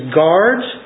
guards